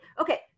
Okay